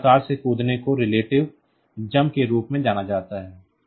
तो इस प्रकार के कूद को रिलेटिव कूद के रूप में जाना जाता है